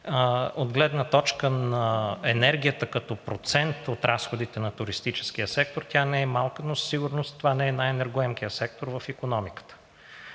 От гледна точка на енергията като процент от разходите на туристическия сектор – тя не е малка, но със сигурност това не е най енергоемкият сектор в икономиката.